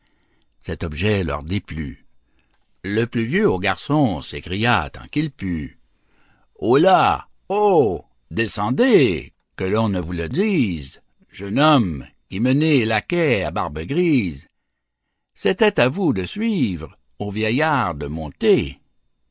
cet objet leur déplut le plus vieux au garçon s'écria tant qu'il put oh là oh descendez que l'on ne vous le dise jeune homme qui menez laquais à barbe grise c'était à vous de suivre au vieillard de monter